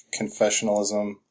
confessionalism